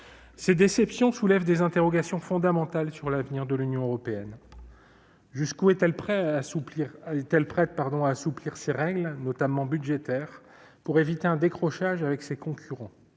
Ces déceptions soulèvent des interrogations fondamentales sur l'avenir de l'Union européenne. Jusqu'où est-elle prête à assouplir ses règles, notamment budgétaires, pour éviter un décrochage avec ses concurrents,